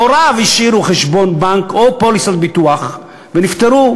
שהוריו השאירו חשבון בנק או פוליסות ביטוח ונפטרו,